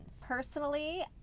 Personally